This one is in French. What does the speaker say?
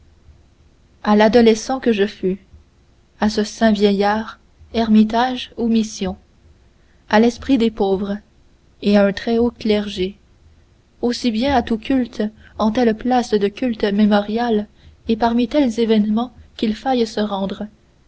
a l'adolescent que je fus a ce saint vieillard ermitage ou mission a l'esprit des pauvres et à un très haut clergé aussi bien à tout culte en telle place de culte mémoriale et parmi tels événements qu'il faille se rendre